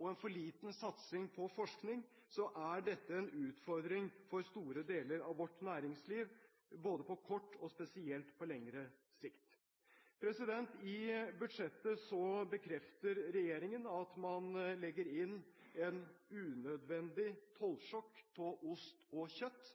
og en for liten satsing på forskning, er dette en utfordring for store deler av vårt næringsliv – på kort sikt, og spesielt på lengre sikt. I budsjettet bekrefter regjeringen at man legger inn et unødvendig tollsjokk på ost og kjøtt.